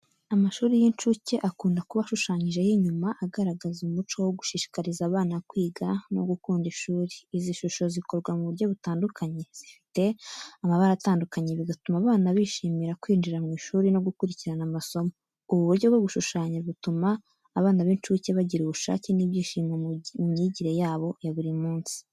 Amashuri y’inshuke akunda kuba ashushanyijeho inyuma agaragaza umuco wo gushishikariza abana kwiga no gukunda ishuri. Izi shusho zikorwa mu buryo butandukanye, zifite amabara atandukanye, bigatuma abana bishimira kwinjira mu ishuri no gukurikirana amasomo. Ubu buryo bwo gushushanya butuma abana b’incuke bagira ubushake n’ibyishimo mu myigire yabo ya buri munsi.